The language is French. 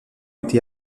été